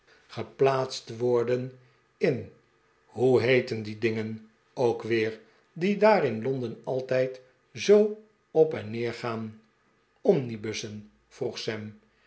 geplaatst worden in hoe heeten die dingen ook weer die daar in londen altijd zoo op en neer gaan omnibussen vroeg sam